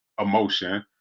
emotion